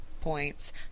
points